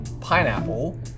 pineapple